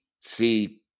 see